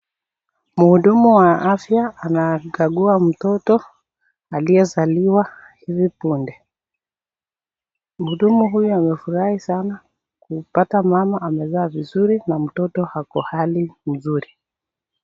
Mhudumu wa afya, anakagua mtoto, aliyezaliwa hivi punde, mhudumu huyu amefurahi sana kupata mama amezaa vizuri, na mama ako hali nzuri.